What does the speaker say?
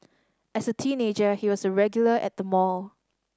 as a teenager he was a regular at the mall